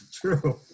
True